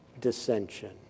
dissension